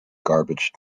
garbage